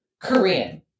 Korean